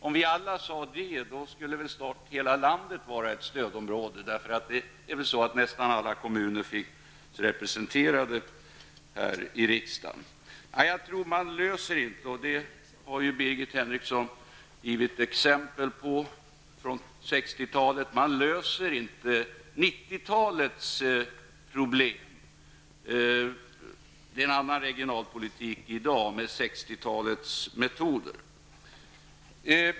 Om vi alla skulle säga så, skulle snart hela landet vara ett stödområde eftersom väl nästan alla kommuner finns representerade här i riksdagen. Jag tror inte att man löser -- det har Birgit Henriksson givit ett exempel på från 60-talet -- 90 talets problem med 60-talets metoder, för det är en annan regional politik nu.